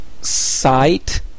sight